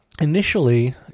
initially